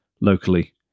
locally